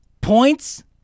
points